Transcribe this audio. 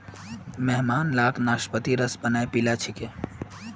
मेहमान लाक नाशपातीर रस बनइ पीला छिकि